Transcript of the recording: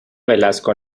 velasco